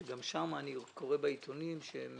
שגם שם אני קורא בעיתונים שהם